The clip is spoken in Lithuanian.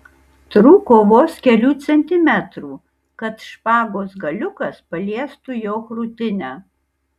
trūko vos kelių centimetrų kad špagos galiukas paliestų jo krūtinę